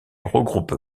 regroupe